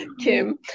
Kim